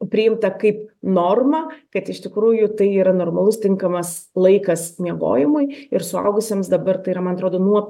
priimta kaip normą kad iš tikrųjų tai yra normalus tinkamas laikas miegojimui ir suaugusiems dabar tai yra man atrodo nuo